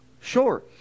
Sure